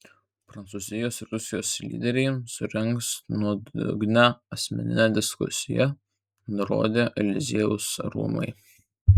prancūzijos ir rusijos lyderiai surengs nuodugnią asmeninę diskusiją nurodė eliziejaus rūmai